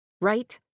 right